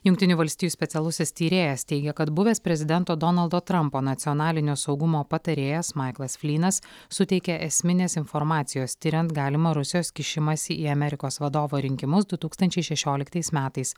jungtinių valstijų specialusis tyrėjas teigia kad buvęs prezidento donaldo trumpo nacionalinio saugumo patarėjas maiklas flynas suteikė esminės informacijos tiriant galimą rusijos kišimąsi į amerikos vadovo rinkimus du tūkstančiai šešioliktais metais